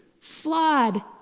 flawed